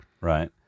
Right